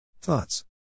Thoughts